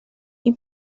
این